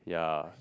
yeah